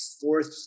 fourth